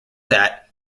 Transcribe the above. that